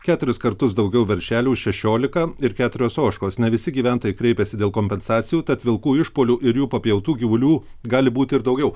keturis kartus daugiau veršelių šešiolika ir keturios ožkos ne visi gyventojai kreipėsi dėl kompensacijų tad vilkų išpuolių ir jų papjautų gyvulių gali būti ir daugiau